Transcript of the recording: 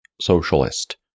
socialist